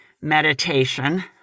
Meditation